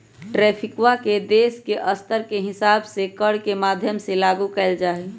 ट्रैफिकवा के देश के स्तर के हिसाब से कर के माध्यम से लागू कइल जाहई